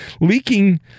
leaking